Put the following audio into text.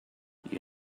you